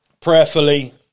prayerfully